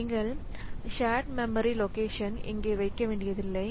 நீங்கள் shared memory location இங்கே வைக்க வேண்டியதில்லை